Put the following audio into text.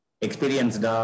Experienced